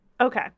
Okay